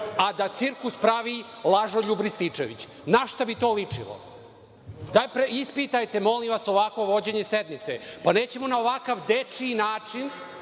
a da cirkus pravi lažoljub Rističević. Na šta bi to ličilo? Preispitajte, molim vas, ovakvo vođenje sednice. Pa, nećemo na ovakav dečiji način